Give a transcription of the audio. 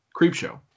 Creepshow